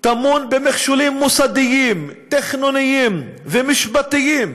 טמון במכשולים מוסדיים, תכנוניים ומשפטיים,